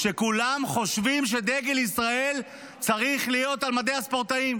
כולם חושבים שדגל ישראל צריך להיות על מדי הספורטאים.